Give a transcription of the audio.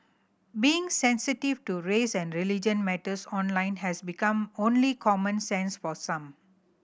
being sensitive to race and religion matters online has become only common sense for some